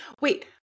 wait